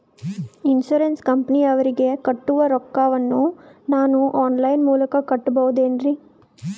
Insurance ಕಂಪನಿಯವರಿಗೆ ಕಟ್ಟುವ ರೊಕ್ಕ ವನ್ನು ನಾನು ಆನ್ ಲೈನ್ ಮೂಲಕ ಕಟ್ಟಬಹುದೇನ್ರಿ?